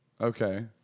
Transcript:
Okay